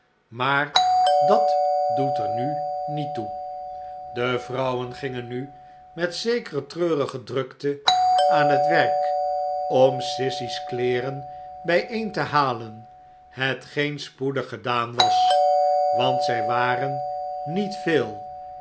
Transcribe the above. maar dat doet er nu niet toe de vrouwen gingen nu met zekere treurige drukte aan het werk om sissy's kleerenbijeen te halen hetgeen spoedig gedaan was want zij waren niet veel